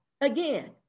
again